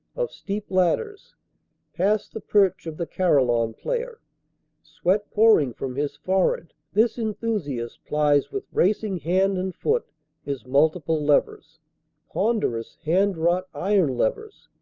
of steep ladders past the perch of the carillon player sweat pouring from his forehead this enthu siast plies with racing hand and foot his multiple levers pon derous handwrought iron levers,